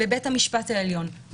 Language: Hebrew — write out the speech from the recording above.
בבית המשפט העליון,